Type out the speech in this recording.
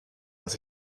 was